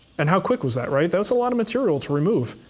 and how quick was that, right? that was a lot of material to remove,